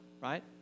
right